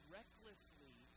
recklessly